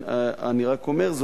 אני רק אומר,